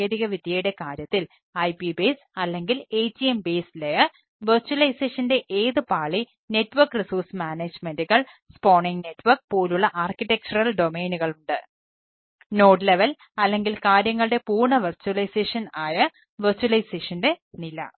അതിനാൽ ഒരു നെറ്റ്വർക്ക് നില